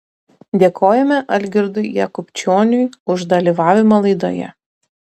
dėkojame algirdui jakubčioniui už dalyvavimą laidoje